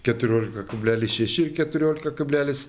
keturiolika kablelis šeši keturiolika kablelis